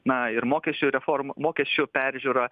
na ir mokesčių reforma mokesčių peržiūra